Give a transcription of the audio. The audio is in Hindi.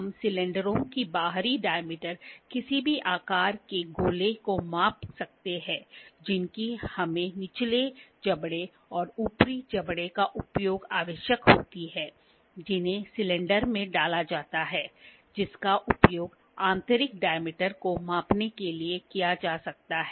हम सिलेंडरों के बाहरी डाय्मीटर किसी भी आकार के गोले को माप सकते हैं जिनकी हमें निचले जबड़े और ऊपरी जबड़े का उपयोग आवश्यकता होती है जिन्हें सिलेंडर में डाला जा सकता है जिसका उपयोग आंतरिक डाय्मीटर को मापने के लिए किया जा सकता है